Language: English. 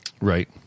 Right